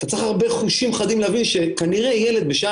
אתה צריך הרבה חושים חדים להבין שכנראה ילד בשעה